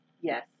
Yes